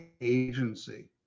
agency